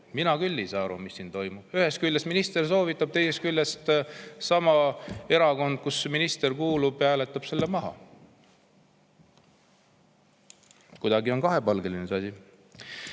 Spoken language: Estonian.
Mina küll ei saa aru, mis siin toimub. Ühest küljest minister soovitab, teisest küljest see erakond, kuhu minister kuulub, hääletab selle maha. Kuidagi kahepalgeline on